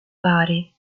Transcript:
bari